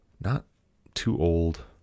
not-too-old